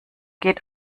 geht